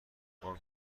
ممکن